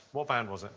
what band was it?